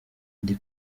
ndi